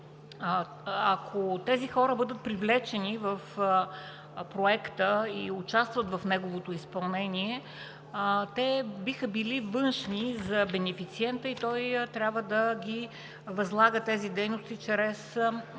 ако тези хора бъдат привлечени в проекта и участват в неговото изпълнение, те биха били външни за бенефициента и той трябва да възлага тези дейности чрез